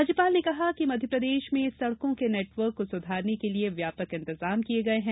राज्यपाल ने कहा कि मध्यप्रदेश में सड़कों के नेटवर्क को सुधारने के लिए व्यापक इंतजाम किए गए हैं